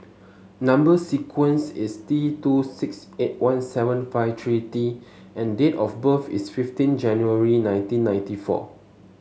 number sequence is T two six eight one seven five three T and date of birth is fifteen January nineteen ninety four